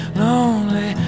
lonely